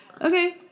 Okay